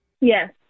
Yes